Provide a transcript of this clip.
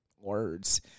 words